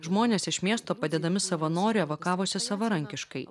žmonės iš miesto padedami savanorių evakavosi savarankiškai